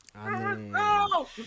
No